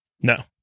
No